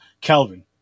Kelvin